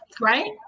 right